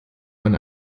man